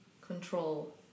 control